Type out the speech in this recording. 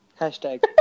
Hashtag